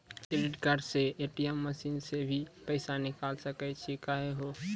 Credit card से ATM machine से भी पैसा निकल सकै छि का हो?